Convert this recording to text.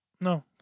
No